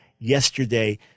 yesterday